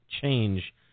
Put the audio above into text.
change